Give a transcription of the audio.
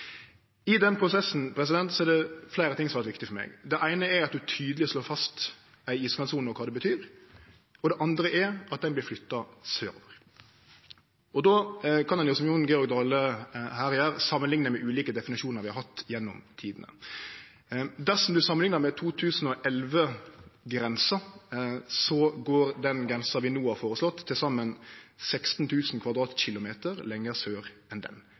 I den prosessen er det fleire ting som er viktig for meg. Det eine er at ein tydeleg slår fast ei iskantsone og kva det betyr. Det andre er at ho vert flytta mot sør. Då kan ein, som Jon Georg Dale her gjer, samanlikne med ulike definisjonar ein har hatt gjennom tidene. Dersom ein samanliknar med 2011-grensa, går den grensa vi no har føreslått, til saman 16 000 km 2 lenger sør,